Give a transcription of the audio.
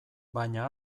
baina